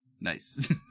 Nice